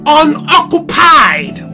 unoccupied